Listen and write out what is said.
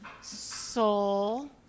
soul